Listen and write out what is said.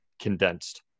condensed